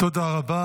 תודה רבה.